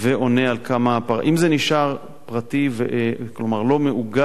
אם זה נשאר פרטי, כלומר לא מאוגד,